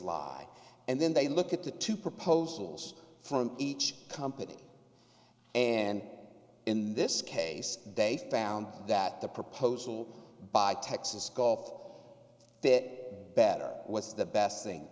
lie and then they look at the two proposals from each company and in this case they found that the proposal by texas gov fit better was the best thing